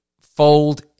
fold